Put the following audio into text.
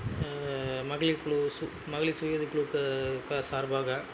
மகளிர் குழு சு மகளிர் சுய உதவி குழுக்கு சார்பாக